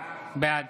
בעד